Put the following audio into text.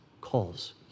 calls